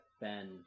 Ben